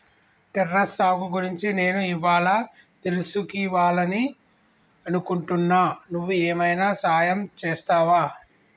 terrace సాగు గురించి నేను ఇవ్వాళా తెలుసుకివాలని అనుకుంటున్నా నువ్వు ఏమైనా సహాయం చేస్తావా